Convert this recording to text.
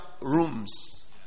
rooms